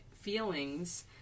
feelings